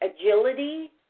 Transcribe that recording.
agility